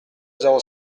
zéro